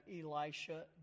Elisha